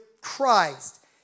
Christ